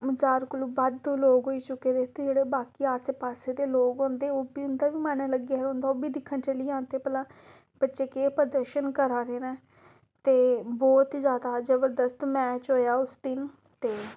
ज्हार कोलूं बद्ध लोक होई चुके दे ते जेह्ड़े बाकी आसै पास्सै दे लोक होंदे ओह् बी उं'दा बी मन लग्गेआ रौंह्दा ओह् बी दिक्खन चली जंदे भला बच्चे केह् प्रदर्शन करा दे न ते बहुत ही जादा जबरदस्त मैच होएआ उस दिन ते